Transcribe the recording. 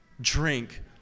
drink